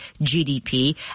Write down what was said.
GDP